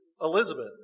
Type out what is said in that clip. Elizabeth